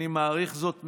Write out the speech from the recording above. אני מעריך זאת מאוד,